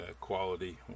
quality